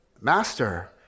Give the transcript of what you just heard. Master